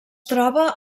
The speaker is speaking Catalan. troba